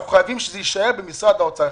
אנחנו חייבים שזה יישאר במשרד האוצר.